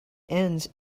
ends